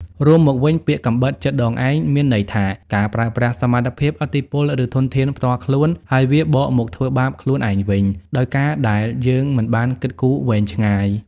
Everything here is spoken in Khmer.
រួមមកវិញ ពាក្យ «កាំបិតចិតដងឯង» មានន័យថា ការប្រើប្រាស់សមត្ថភាព ឥទ្ធិពល ឬធនធានផ្ទាល់ខ្លួន ហើយវាបកមកធ្វើបាបខ្លួនឯងវិញ ដោយការដែលយើងមិនបានគិតគូរវែងឆ្ងាយ។